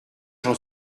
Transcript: j’en